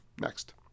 Next